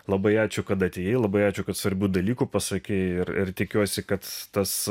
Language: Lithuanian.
labai ačiū kad atėjai labai ačiū kad svarbių dalykų pasakei ir ir tikiuosi kad tas